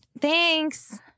thanks